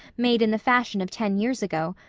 made in the fashion of ten years ago,